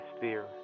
fear